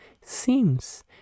seems